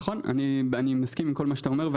נכון, אני מסכים עם כל מה שאתה אומר.